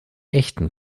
echten